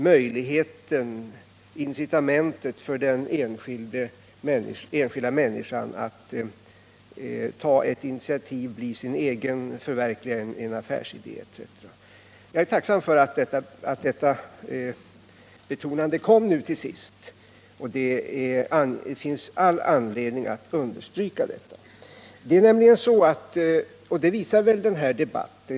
Möjligheten, incitamentet för den enskilda människan att ta initiativ, bli sin egen, förverkliga en affärsidé etc. är av grundläggande betydelse för näringslivets utveckling.